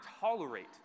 tolerate